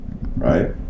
Right